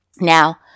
Now